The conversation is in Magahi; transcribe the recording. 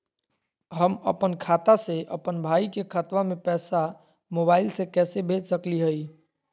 हम अपन खाता से अपन भाई के खतवा में पैसा मोबाईल से कैसे भेज सकली हई?